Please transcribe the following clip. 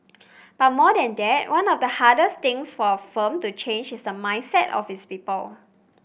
but more than that one of the hardest things for a firm to change is the mindset of its people